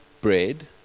bread